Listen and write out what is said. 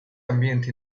ambienti